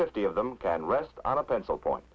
fifty of them can rest on a pencil point